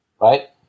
right